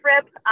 trip